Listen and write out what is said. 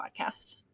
podcast